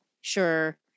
sure